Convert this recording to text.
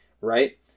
right